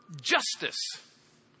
justice